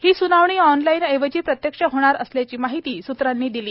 ही स्नावणी ऑनलाइन ऐवजी प्रत्यक्ष होणार असल्याची माहिती सूत्रांनी दिली आहे